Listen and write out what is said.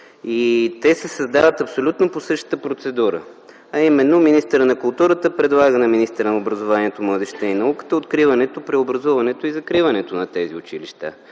Те се създават абсолютно по същата процедура – министърът на културата предлага на Министерството на образованието, младежта и науката откриването, преобразуването и закриването на тези училища.